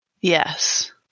Yes